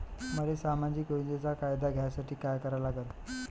मले सामाजिक योजनेचा फायदा घ्यासाठी काय करा लागन?